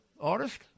artist